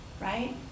Right